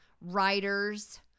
writers